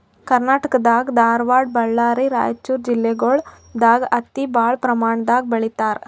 ಕರ್ನಾಟಕ್ ದಾಗ್ ಧಾರವಾಡ್ ಬಳ್ಳಾರಿ ರೈಚೂರ್ ಜಿಲ್ಲೆಗೊಳ್ ದಾಗ್ ಹತ್ತಿ ಭಾಳ್ ಪ್ರಮಾಣ್ ದಾಗ್ ಬೆಳೀತಾರ್